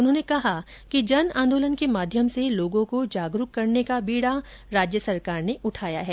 उन्होंने कहा कि जन आंदोलन के माध्यम से लोगों को जागरूक करने का बीड़ा राज्य सरकार ने उठाया है